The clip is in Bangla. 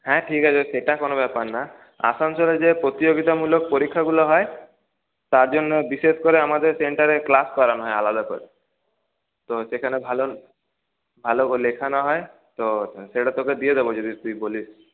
হ্যাঁ ঠিক আছে সেটা কোনো ব্যাপার না আসানসোলে যে প্রতিযোগিতামূলক পরীক্ষাগুলো হয় তার জন্য বিশেষ করে আমাদের সেন্টারের ক্লাস করানো হয় আলাদা করে তো সেখানে ভালো ভালো লেখানো হয় তো সেটা তোকে দিয়ে দেবো যদি তুই বলিস